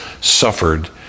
suffered